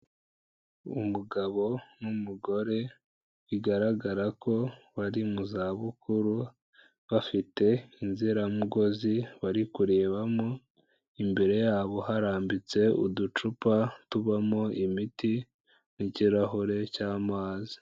Umugabo n'umugore bigaragara ko bari mu zabukuru, bafite inziramugozi bari kurebamo, imbere yabo harambitse uducupa tubamo imiti n'ikirahure cy'amazi.